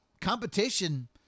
competition